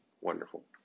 Wonderful